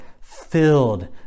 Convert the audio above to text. filled